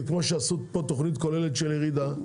כמו שעשו פה תוכנית כוללת של ירידה,